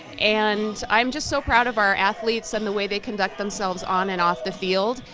and i'm just so proud of our athletes and the way they conduct themselves on and off the field.